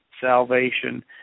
salvation